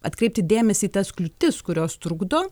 atkreipti dėmesį į tas kliūtis kurios trukdo